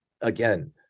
again